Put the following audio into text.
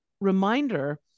reminder